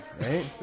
right